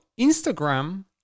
instagram